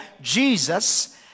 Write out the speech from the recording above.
Jesus